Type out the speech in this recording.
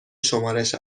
شمارش